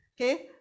okay